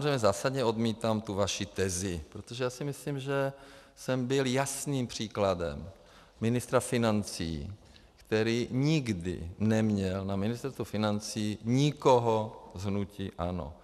Já samozřejmě zásadně odmítám tu vaši tezi, protože si myslím, že jsem byl jasným příkladem ministra financí, který nikdy neměl na Ministerstvu financí nikoho z hnutí ANO.